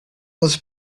was